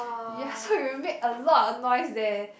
ya so we would made a lot of noise there